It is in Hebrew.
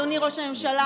אדוני ראש הממשלה,